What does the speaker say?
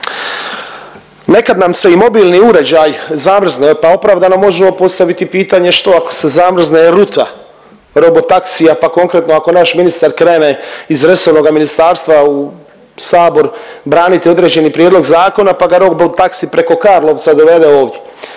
Nekad nam se i mobilni uređaj zamrzne, pa opravdano možemo postaviti pitanje što ako se zamrzne rutva robotaksija, pa konkretno ako naš ministar krene iz resornoga ministarstva u sabor braniti određeni prijedlog zakona, pa ga robotaksi preko Karlovca dovede ovdje?